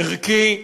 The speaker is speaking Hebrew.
ערכי,